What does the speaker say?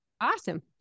Awesome